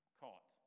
caught